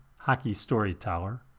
HockeyStoryTeller